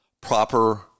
proper